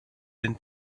den